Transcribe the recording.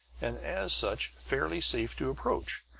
and as such fairly safe to approach.